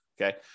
Okay